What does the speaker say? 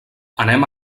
anem